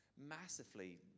massively